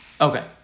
Okay